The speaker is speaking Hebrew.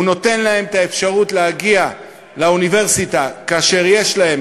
הוא נותן להם את האפשרות להגיע לאוניברסיטה כאשר יש להם